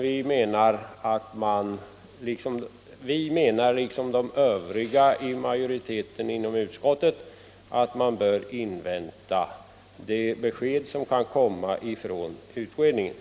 Vi menar dock, som sagt, liksom de övriga i majoriteten inom utskottet, att man bör invänta de besked som kan komma från utredningarna.